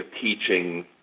teaching